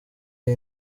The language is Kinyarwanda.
iyi